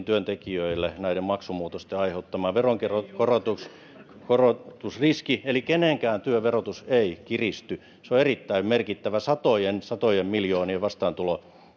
työntekijöille näiden maksumuutosten aiheuttama veronkorotusriski eli kenenkään työn verotus ei kiristy se on erittäin merkittävä satojen satojen miljoonien vastaantulo